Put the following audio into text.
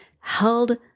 held